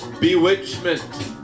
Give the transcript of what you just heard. bewitchment